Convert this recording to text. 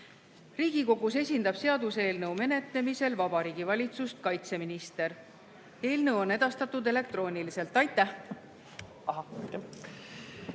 Riigikogus seaduseelnõu menetlemisel esindab Vabariigi Valitsust kaitseminister. Eelnõu on edastatud elektrooniliselt. Aitäh!